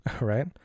right